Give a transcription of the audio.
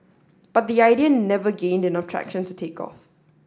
but the idea never gained enough traction to take off